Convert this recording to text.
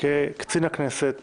כקצין הכנסת